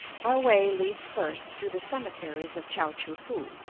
our way leads first through the cemeteries of chao-choo-foo,